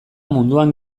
munduan